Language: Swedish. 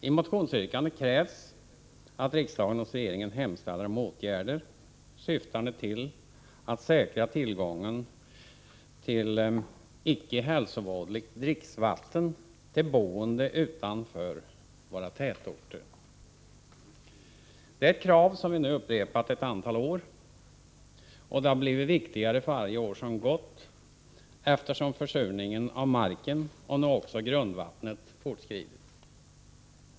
I motionsyrkandet krävs att riksdagen hos regeringen hemställer om åtgärder syftande till att säkra tillgången till icke hälsovådligt dricksvatten till boende utanför våra tätorter. Det är ett krav som vi nu upprepat ett antal år, och det har blivit viktigare för varje år som gått, eftersom försurningen av marken, och nu också av grundvattnet, fortskridit.